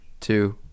two